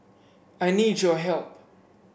I need your help